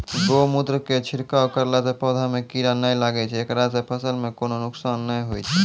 गोमुत्र के छिड़काव करला से पौधा मे कीड़ा नैय लागै छै ऐकरा से फसल मे कोनो नुकसान नैय होय छै?